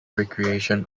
recreation